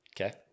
Okay